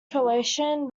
coalition